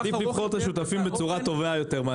עדיף לבחור את השותפים בצורה טובה יותר.